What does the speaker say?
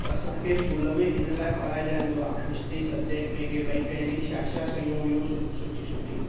असांखे स्कूल में इन लाइ पढ़ाए जाएंदो आहे हिस्ट्री सबजैक्ट में के भाई पहिरीं छा छा शयूं हुयूं सुठी सुठी